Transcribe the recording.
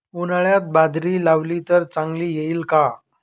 उन्हाळ्यात बाजरी लावली तर चांगली येईल का?